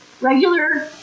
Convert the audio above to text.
Regular